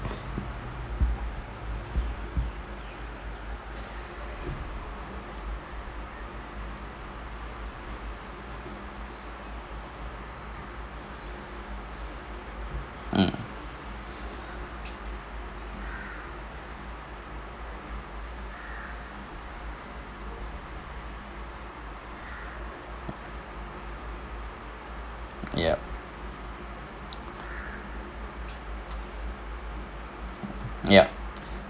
mm yup yup